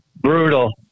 brutal